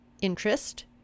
interest